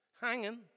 Hanging